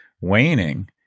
waning